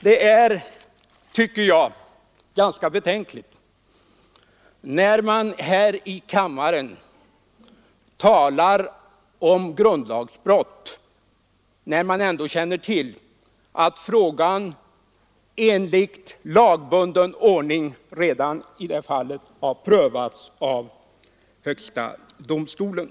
Det är ganska betänkligt att man här i kammaren talar om grundlagsbrott när man ändå känner till att frågan enligt lagbunden ordning i det fallet redan har prövats av högsta domstolen.